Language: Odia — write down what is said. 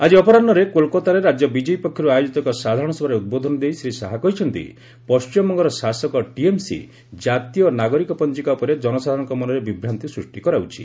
ଆକି ଅପରାହୁରେ କୋଲକାତାରେ ରାଜ୍ୟ ବିଜେପି ପକ୍ଷରୁ ଆୟୋଜିତ ଏକ ସାଧାରଣ ସଭାରେ ଉଦ୍ବୋଧନ ଦେଇ ଶ୍ରୀ ଶାହା କହିଛନ୍ତି ପଶ୍ଚିମବଙ୍ଗର ଶାସକ ଟିଏମ୍ସି ଜାତୀୟ ନାଗରିକ ପଞ୍ଜିକା ଉପରେ ଜନସାଧାରଣଙ୍କ ମନରେ ବିଭ୍ରାନ୍ତି ସୃଷ୍ଟି କରାଉଛି